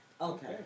Okay